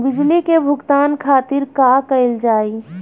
बिजली के भुगतान खातिर का कइल जाइ?